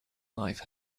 life